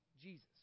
Jesus